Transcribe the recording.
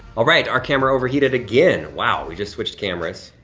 all right, our camera overheated again, wow. we just switched cameras.